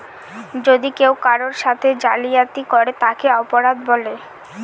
যদি কেউ কারোর সাথে জালিয়াতি করে তাকে অপরাধ বলে